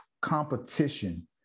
competition